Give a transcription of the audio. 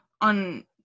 on